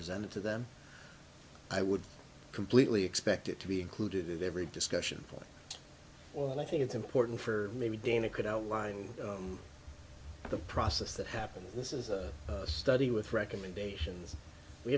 presented to them i would completely expect it to be included in every discussion for all i think it's important for maybe dana could outline the process that happens this is a study with recommendations we